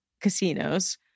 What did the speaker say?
casinos